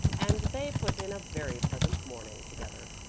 and they put in a very pleasant morning together.